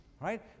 right